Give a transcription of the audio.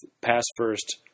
pass-first